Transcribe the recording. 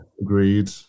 agreed